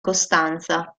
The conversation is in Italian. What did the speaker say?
costanza